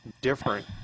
different